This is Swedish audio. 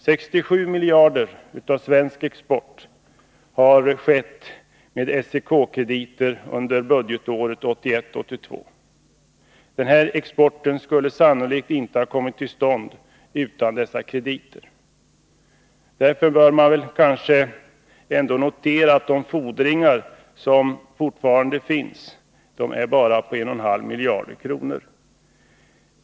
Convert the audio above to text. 67 miljarder av svensk export har skett med SEK-krediter under budgetåret 1981/82. Den exporten skulle sannolikt inte ha kommit till stånd utan dessa krediter. Därför bör man kanske ändå notera att de fordringar som fortfarande finns är på bara 1,5 miljarder kronor.